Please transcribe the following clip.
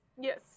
yes